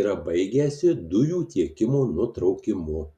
yra baigęsi dujų tiekimo nutraukimu